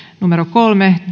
kolme